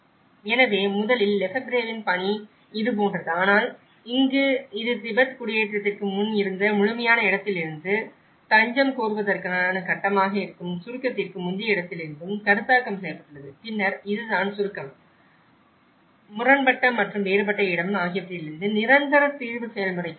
எனவே முதலில் லெஃபெப்ரேவின் பணி இது போன்றது ஆனால் இங்கு இது திபெத் குடியேற்றத்திற்கு முன் இருந்த முழுமையான இடத்திலிருந்தும் தஞ்சம் கோருவதற்கான கட்டமாக இருக்கும் சுருக்கத்திற்கு முந்தைய இடத்திலிருந்தும் கருத்தாக்கம் செய்யப்பட்டுள்ளது பின்னர் இதுதான் சுருக்கம் முரண்பட்ட மற்றும் வேறுபட்ட இடம் ஆகியவற்றிலிருந்து நிரந்தர தீர்வு செயல்முறைக்கு வந்துள்ளது